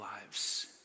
lives